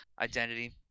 identity